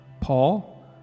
Paul